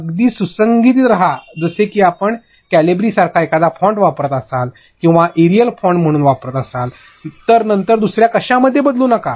अगदी सुसंगत रहा जसे की आपण कॅलिबरी सारखा एखादा फॉन्ट वापरत असाल किंवा एरियल फॉन्ट म्हणून वापरत असाल तर नंतर दुसर्या कशामध्ये बदलू नका